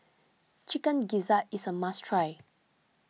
Chicken Gizzard is a must try